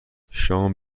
شام